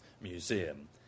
museum